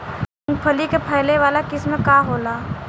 मूँगफली के फैले वाला किस्म का होला?